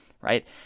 right